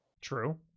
true